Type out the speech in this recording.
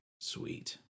sweet